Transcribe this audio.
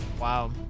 Wow